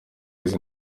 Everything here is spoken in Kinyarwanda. y’izi